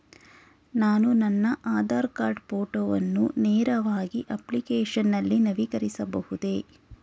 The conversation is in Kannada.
ನಾನು ನನ್ನ ಆಧಾರ್ ಕಾರ್ಡ್ ಫೋಟೋವನ್ನು ನೇರವಾಗಿ ಅಪ್ಲಿಕೇಶನ್ ನಲ್ಲಿ ನವೀಕರಿಸಬಹುದೇ?